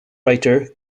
writer